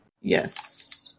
Yes